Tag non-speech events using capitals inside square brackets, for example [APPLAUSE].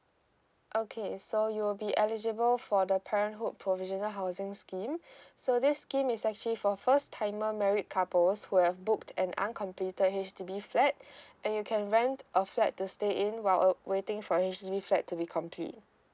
okay so you will be eligible for the parenthood provisional housing scheme [BREATH] so this scheme is actually for first timer married couples who have booked an uncompleted H_D_B flat [BREATH] and you can rent a flat to stay in while uh waiting for H_D_B flat to be complete